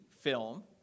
film